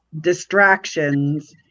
distractions